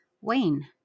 Wayne